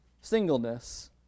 singleness